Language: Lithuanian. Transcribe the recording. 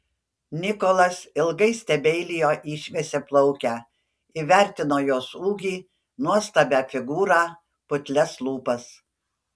nikolas ilgai stebeilijo į šviesiaplaukę įvertino jos ūgį nuostabią figūrą putlias lūpas